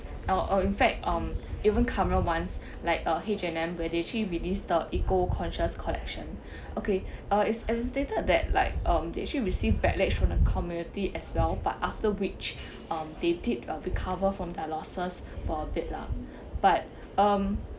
or or in fact um even current ones like uh H&M where they actually released the eco-conscious collection okay uh it's it's stated that like um they actually received backlash from the community as well but after which um they did recover from their losses for a bit lah but um